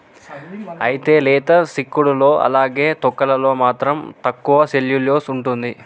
అయితే లేత సిక్కుడులో అలానే తొక్కలలో మాత్రం తక్కువ సెల్యులోస్ ఉంటుంది